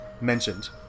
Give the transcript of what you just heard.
mentioned